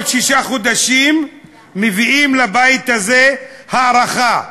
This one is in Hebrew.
כל שישה חודשים מביאים לבית הזה הארכה,